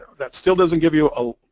that still doesn't give you ah